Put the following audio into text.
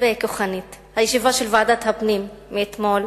הרבה כוחנית, הישיבה של ועדת הפנים מאתמול,